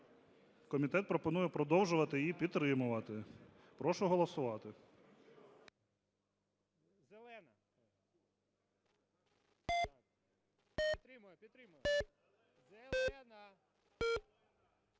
Комітет пропонує продовжувати її підтримувати. Прошу голосувати.